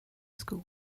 school